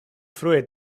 frue